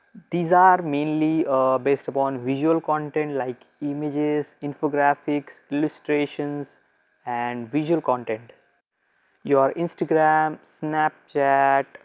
these are mainly based upon visual content like images, infographics, illustrations and visual content your instagram, snapchat,